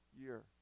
year